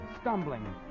stumbling